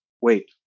wait